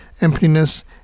emptiness